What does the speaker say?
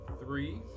three